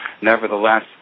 Nevertheless